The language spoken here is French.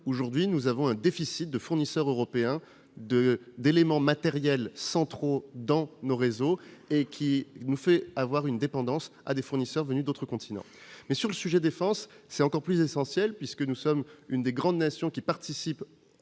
aujourd'hui, nous avons un déficit de fournisseurs européens d'éléments matériels centraux dans nos réseaux, ce qui entraîne notre dépendance à l'égard de fournisseurs venus d'autres continents. Dans le domaine de la défense, c'est encore plus essentiel, puisque nous sommes l'une des grandes nations qui participent